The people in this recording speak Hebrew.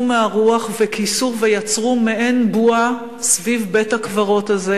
מהרוח וכיסו ויצרו מעין בועה סביב בית-הקברות הזה,